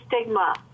stigma